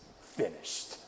finished